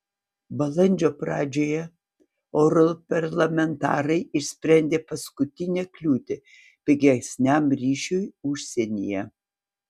balandžio pradžioje europarlamentarai išsprendė paskutinę kliūtį pigesniam ryšiui užsienyje